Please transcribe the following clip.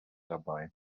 dabei